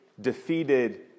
defeated